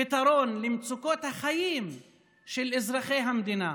פתרון למצוקות החיים של אזרחי המדינה,